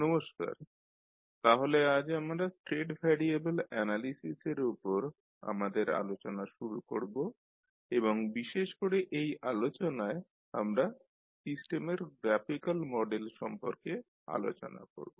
নমস্কার তাহলে আজ আমরা স্টেট ভ্যারিয়েবল অ্যানালিসিসের উপর আমাদের আলোচনা শুরু করব এবং বিশেষ করে এই আলোচনায় আমরা সিস্টেমের গ্রাফিকাল মডেল সম্পর্কে আলোচনা করব